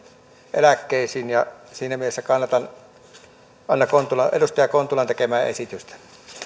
eläkkeisiin siinä mielessä kannatan edustaja anna kontulan esitystä